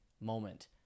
moment